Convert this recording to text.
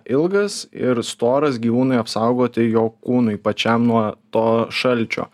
ilgas ir storas gyvūnui apsaugoti jo kūnui pačiam nuo to šalčio